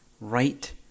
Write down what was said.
Right